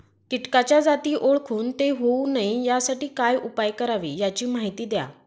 किटकाच्या जाती ओळखून ते होऊ नये यासाठी काय उपाय करावे याची माहिती द्या